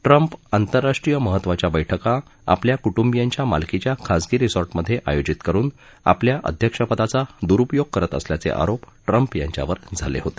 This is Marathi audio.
ट्रम्प आंतरराष्ट्रीय महत्वाच्या बैठका आपल्या कुटुंबियांच्या मालकीच्या खासगी रिसॉर्टमध्ये आयोजित करून आपल्या अध्यक्षपदाचा दुरुपयोग करत असल्याचे आरोप ट्रम्प यांच्यावर झाले होते